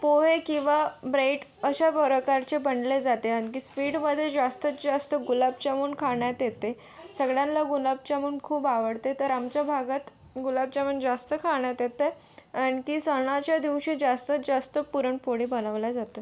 पोहे किंवा ब्रेड अशा प्रकारचे बनले जाते आणखी स्पीडमध्ये जास्तीत जास्त गुलाबजामून खाण्यात येते सगळ्यांना गुलाबजामून खूप आवडते तर आमच्या भागात गुलाबजामून जास्त खाण्यात येते आणखी सणाच्या दिवशी जास्तीत जास्त पुरणपोळी बनवली जाते